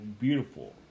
beautiful